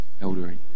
elderly